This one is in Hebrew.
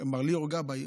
מר ליאור גבאי.